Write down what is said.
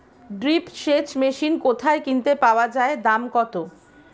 Drip সেচ machine কোথায় কিনতে পাওয়া যায় দাম কত?